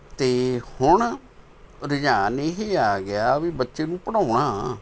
ਅਤੇ ਹੁਣ ਰੁਝਾਨ ਇਹ ਆ ਗਿਆ ਵੀ ਬੱਚੇ ਨੂੰ ਪੜ੍ਹਾਉਣਾ